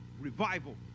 Revival